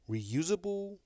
Reusable